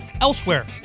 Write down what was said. elsewhere